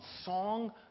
song